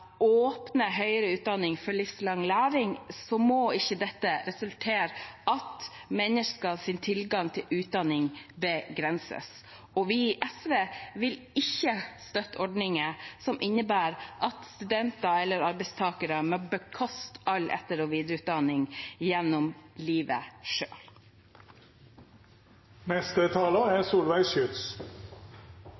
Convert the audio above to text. åpner høyere utdanning for livslang læring, må ikke det resultere i at menneskers tilgang til utdanning begrenses. Vi i SV vil ikke støtte ordninger som innebærer at studenter eller arbeidstakere må bekoste all etter- og videreutdanning gjennom livet selv. Jeg er